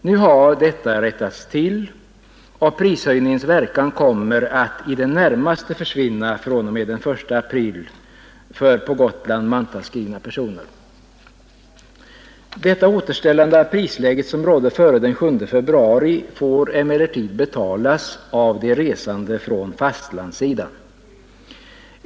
Nu har detta rättats till, och prishöjningens verkan kommer att i det närmaste försvinna fr.o.m. den 1 april för på Gotland mantalsskrivna personer. Detta återställande av det prisläge som rådde före den 7 februari får emellertid betalas av de resande från fastlandssidan.